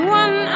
one